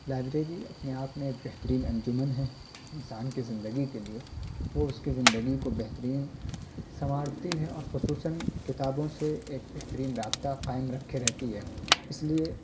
library اپنے آپ میں ایک بہترین انجمن ہے انسان کی زندگی کے لیے وہ اس کی زندگی کو بہترین سنوارتی ہے اور خصوصاً کتابوں سے ایک بہترین رابطہ قائم رکھے رہتی ہے اس لیے